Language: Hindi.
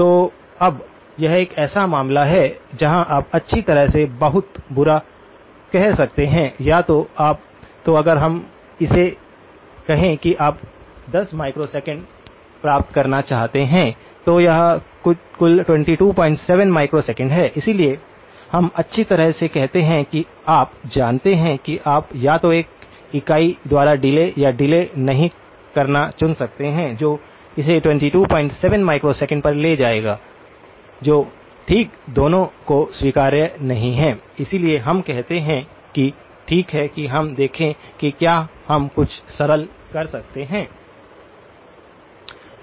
तो अब यह एक ऐसा मामला है जहां आप अच्छी तरह से बहुत बुरा कह सकते हैं या तो आप तो अगर हम कहें कि आप 10 माइक्रोसेकंड प्राप्त करना चाहते हैं तो यह कुल 227 माइक्रोसेकंड है इसलिए हम अच्छी तरह से कहते हैं कि आप जानते हैं कि आप या तो एक इकाई द्वारा डिले या डिले नहीं करना चुन सकते हैं जो इसे 227 माइक्रोकंड पर ले जाएगा जो ठीक दोनों को स्वीकार्य नहीं हैं इसलिए हम कहते हैं कि ठीक है कि हम देखें कि क्या हम कुछ सरल कर सकते हैं